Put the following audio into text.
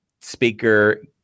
speaker